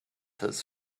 his